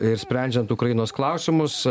ir sprendžiant ukrainos klausimus